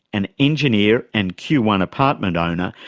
an engineer and q one apartment owner,